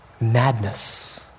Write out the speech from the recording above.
madness